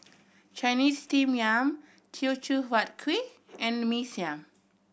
Chinese Steamed Yam Teochew Huat Kuih and Mee Siam